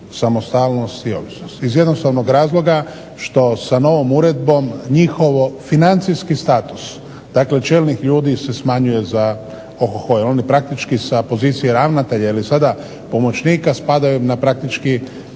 samostalnost i ovisnost iz jednostavnog razloga što sa novom uredbom njihov financijski status dakle čelnih ljudi se smanjuje za ohoho. Jer oni praktički sa pozicije ravnatelja jeli sada pomoćnika spadaju praktički